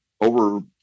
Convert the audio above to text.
over